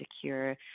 secure